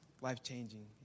life-changing